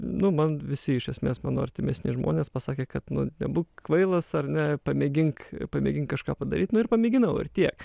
nu man visi iš esmės mano artimesni žmonės pasakė kad nu nebūk kvailas ar ne pamėgink pamėgink kažką padaryt nu ir pamėginau ir tiek